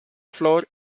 floor